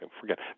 forget